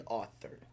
author